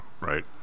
right